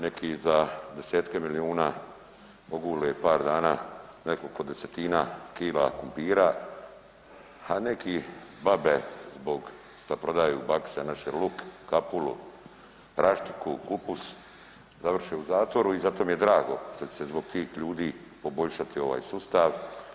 Neki za 10-tke milijuna ogule par dana nekoliko desetina kila krumpira, a neki … [[ne razumije se]] zbog što prodaju bakice naše luk, kapulu, raštiku, kupus završe u zatvoru i zato mi je drago što će se zbog tih ljudi poboljšati ovaj sustav.